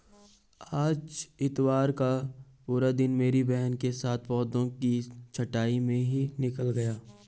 आज इतवार का पूरा दिन मेरी बहन के साथ पौधों की छंटाई में ही निकल गया